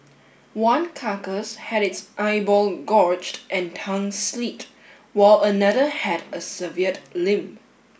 one carcass had its eyeball gorged and tongue slit while another had a severed limb